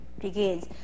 begins